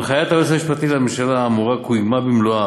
הנחיית היועץ המשפטי לממשלה האמורה קוימה במלואה